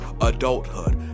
adulthood